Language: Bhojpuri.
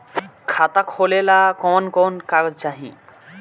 खाता खोलेला कवन कवन कागज चाहीं?